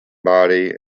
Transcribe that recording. body